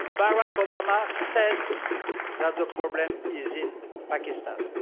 barack obama said that the problem is in pakistan.